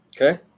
okay